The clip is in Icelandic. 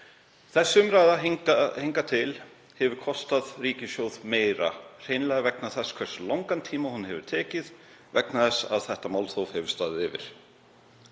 Þessi umræða hingað til hefur kostað ríkissjóð meira, hreinlega vegna þess hversu langan tíma hún hefur tekið, vegna þess að þetta málþóf hefur staðið yfir.